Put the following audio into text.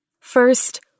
First